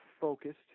focused